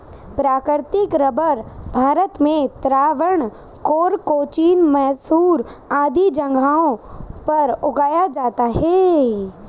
प्राकृतिक रबर भारत में त्रावणकोर, कोचीन, मैसूर आदि जगहों पर उगाया जाता है